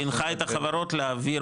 משרד השיכון הנחה את החברות להעביר,